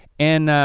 and